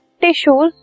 tissues